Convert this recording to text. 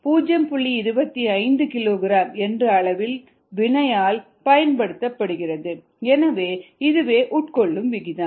25 kilogram என்ற அளவில் வினையால் பயன்படுத்தப்படுகிறது எனவே இதுவே உட்கொள்ளும் விகிதம்